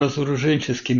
разоруженческий